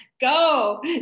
go